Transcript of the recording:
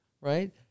right